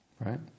Right